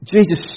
Jesus